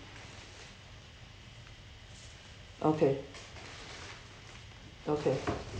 okay okay